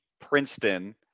Princeton